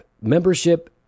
membership